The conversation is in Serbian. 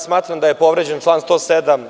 Smatram da je povređen član 107.